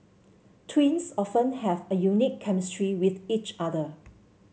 twins often have a unique chemistry with each other